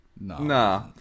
Nah